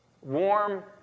warm